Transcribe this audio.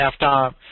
halftime